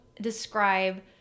describe